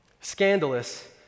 Scandalous